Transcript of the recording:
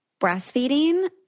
breastfeeding